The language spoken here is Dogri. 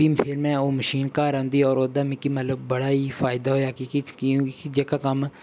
फेर मैं ओह् मशीन घर आंदी होर ओह्दा मिकी मतलब बड़ा ही फायदा होएया कि के क्योंकि जेह्का कम्म